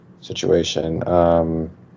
situation